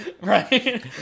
Right